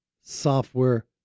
software